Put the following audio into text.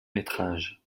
métrages